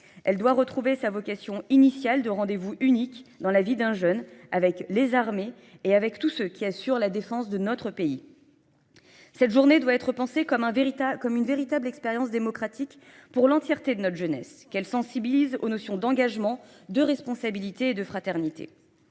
Elle doit retrouver sa vocation initiale de rendez-vous unique dans la vie d'un jeune avec les armées et avec tous ceux qui assurent la défense de notre pays. Cette journée doit être pensée comme une véritable expérience démocratique pour l'entièreté de notre jeunesse, qu'elle sensibilise aux notions d'engagement, de responsabilité et de fraternité.